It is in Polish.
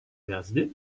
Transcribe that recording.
jazdy